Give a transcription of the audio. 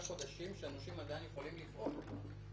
חודשים שהנושים עדיין יכולים לפעול.